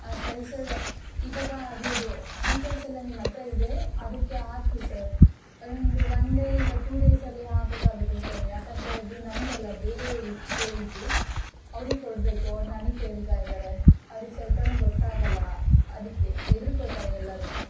ಆಂ ಸರಿ ಸರ್ ಇವಾಗ ಅದ್ರದ್ದು ಡಿಟೇಲ್ಸ್ ಎಲ್ಲ ನಿಮ್ಮ ಹತ್ರ ಇದೆ ಅದಕ್ಕೆ ಹಾಕ್ರಿ ಸರ್ ಇನ್ನೊಂದು ಒನ್ ಡೇ ಇಲ್ಲ ಟೂ ಡೇಸಲ್ಲಿ ಹಾಕೋಕ್ಕಾಗತ್ತಾ ಸರ್ ಯಾಕಂದರೆ ಅದು ನಂದಲ್ಲ ಬೇರೆಯವರು ಕೇಳಿದ್ದು ಅವ್ರಿಗೆ ಕೊಡಬೇಕು ಅವ್ರು ನನಗ್ ಕೇಳ್ತಾಯಿದ್ದಾರೆ ಅವ್ರಿಗೆ ಸ್ವಲ್ಪವೂ ಗೊತ್ತಾಗೋಲ್ಲ ಅದಕ್ಕೆ ಹೆದ್ರುಕೋತಾರೆ ಎಲ್ಲದಕ್ಕೂ